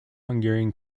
hungarian